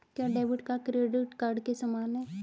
क्या debit card credit card के समान है?